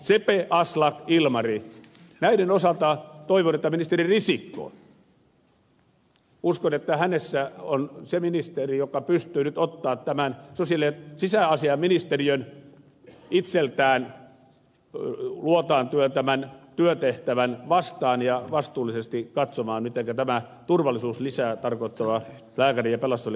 sepe aslak ilmari näiden osalta uskon että ministeri risikossa on se ministeri joka pystyy nyt ottamaan tämän sisäasiainministeriön luotaan työntämän työtehtävän vastaan ja vastuullisesti katsomaan mitenkä tämä turvallisuuslisää tarkoittava lääkäri ja pelastushelikopteritoiminta järjestetään